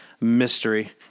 mystery